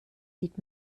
sieht